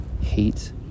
hate